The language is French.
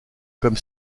comme